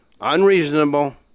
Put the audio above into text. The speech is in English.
unreasonable